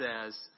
says